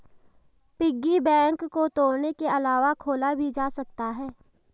piggy bank को तोड़ने के अलावा खोला भी जा सकता है